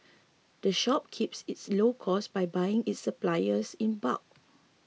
the shop keeps its low costs by buying its supplies in bulk